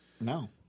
No